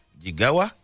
jigawa